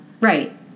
Right